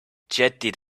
jetted